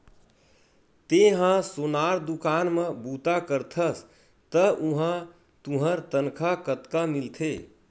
तेंहा सोनार दुकान म बूता करथस त उहां तुंहर तनखा कतका मिलथे?